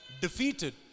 defeated